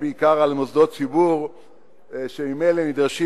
בעיקר על מוסדות ציבור שממילא נדרשים